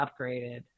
upgraded